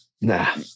nah